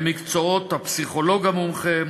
מקצועות הפסיכולוג המומחה,